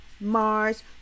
Mars